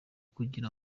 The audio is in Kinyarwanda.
kugira